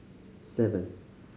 seven